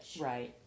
Right